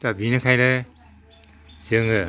दा बिनिखायनो जोङो